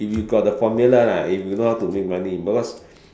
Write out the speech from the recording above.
if you got the formula lah if you know how to make money because